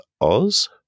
oz